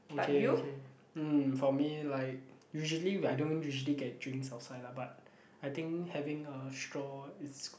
okay okay mm for me like usually I don't usually get drinks outside lah but I think having a straw is